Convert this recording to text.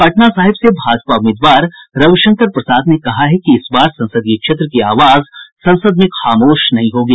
पटना साहिब से भाजपा उम्मीदवार रविशंकर प्रसाद ने कहा है कि इस बार संसदीय क्षेत्र की आवाज संसद में खामोश नहीं होगी